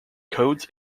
codes